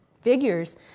figures